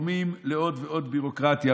וגורמים לעוד ועוד ביורוקרטיה.